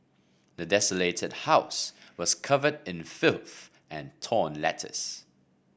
the desolated house was covered in filth and torn letters